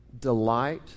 delight